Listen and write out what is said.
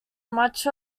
much